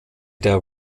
der